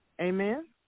Amen